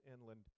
inland